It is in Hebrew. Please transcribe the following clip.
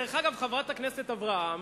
דרך אגב, חברת הכנסת אברהם,